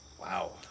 Wow